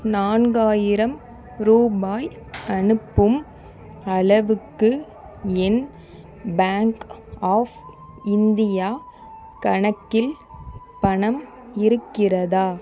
நான்காயிரம் ரூபாய் அனுப்பும் அளவுக்கு என் பேங்க் ஆஃப் இந்தியா கணக்கில் பணம் இருக்கிறதா